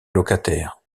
locataires